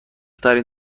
ترین